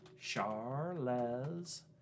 Charles